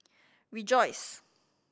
rejoice